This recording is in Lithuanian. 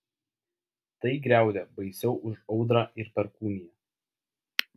tai griaudė baisiau už audrą ir perkūniją